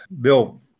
Bill